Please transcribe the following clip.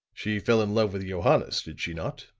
she fell in love with johannes, did she not?